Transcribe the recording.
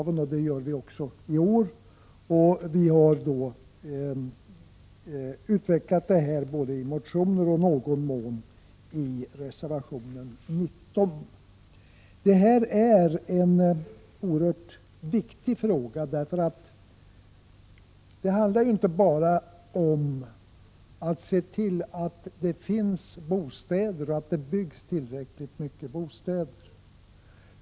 Vi har utvecklat detta i motioner och i någon mån även i reservation 19. Denna fråga är oerhört viktig, eftersom den inte enbart handlar om att man skall se till att det finns bostäder och att det byggs tillräckligt många bostäder.